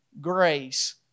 grace